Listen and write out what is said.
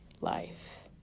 life